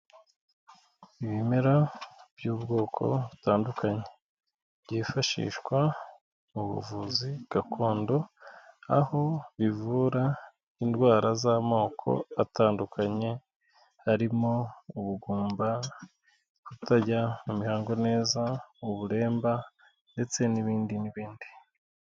Ibimera by'ubwoko butandukanye byifashishwa mu buvuzi gakondo aho bivura indwara z'amoko atandukanye harimo ubugumba, kutajya mu mihango neza, uburemba ndetse n'ibindi n'ibindi.